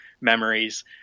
memories